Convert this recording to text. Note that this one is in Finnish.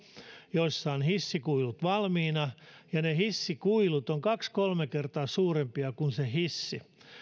taloissa on hissikuilut valmiina ja ne hissikuilut ovat kaksi kolme kertaa suurempia kuin se hissi